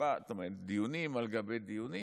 דיונים על גבי דיונים.